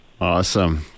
Awesome